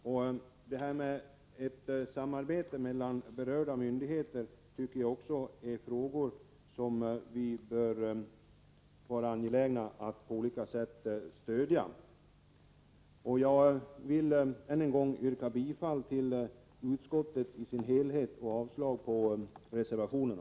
I de frågor som gäller ett samarbete mellan berörda myndigheter bör vi vara angelägna om att på olika sätt ge vårt stöd. Ännu en gång yrkar jag bifall till utskottets hemställan i dess helhet och avslag på reservationerna.